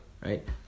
Right